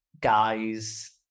guys